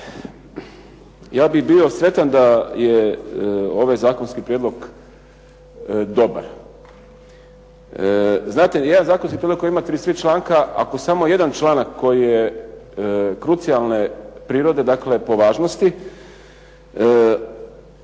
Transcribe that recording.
Ja bih bio sretan da je ovaj zakonski prijedlog dobar. Znate, ni jedan zakonski prijedlog koji ima 33 članka ako samo jedan članak koji je krucijalne prirode, dakle po važnosti